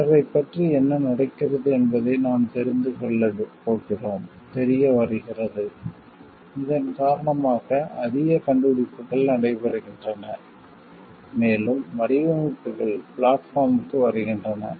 பிறரைப் பற்றி என்ன நடக்கிறது என்பதை நாம் தெரிந்து தெரிந்து கொள்ளப் போகிறோம் தெரிய வருகிறது இதன் காரணமாக அதிக கண்டுபிடிப்புகள் நடைபெறுகின்றன மேலும் வடிவமைப்புகள் பிளாட்பார்ம்க்கு வருகின்றன